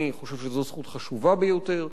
אני חושב שזאת זכות חשובה ביותר,